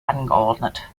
angeordnet